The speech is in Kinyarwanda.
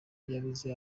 yabuze